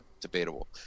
debatable